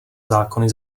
zákony